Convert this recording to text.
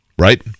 Right